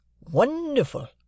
Wonderful